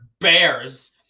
bears